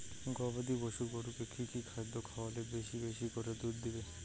গবাদি পশু গরুকে কী কী খাদ্য খাওয়ালে বেশী বেশী করে দুধ দিবে?